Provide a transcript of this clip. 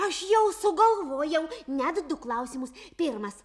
aš jau sugalvojau net du klausimus pirmas